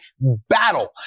battle